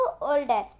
older